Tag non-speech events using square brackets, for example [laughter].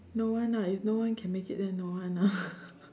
no one ah if no one can make it then no one ah [breath]